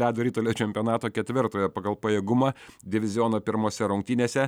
ledo ritulio čempionato ketvirtojo pagal pajėgumą diviziono pirmose rungtynėse